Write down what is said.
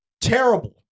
Terrible